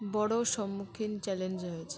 বড় সম্মুখীন চ্যালেঞ্জ হয়েছে